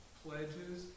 pledges